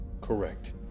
Correct